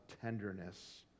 tenderness